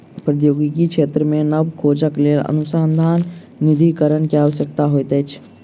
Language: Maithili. प्रौद्योगिकी क्षेत्र मे नब खोजक लेल अनुसन्धान निधिकरण के आवश्यकता होइत अछि